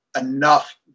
enough